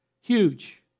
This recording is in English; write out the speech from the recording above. Huge